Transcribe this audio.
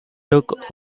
took